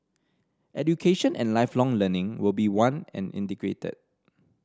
education and Lifelong Learning will be one and integrated